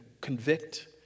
convict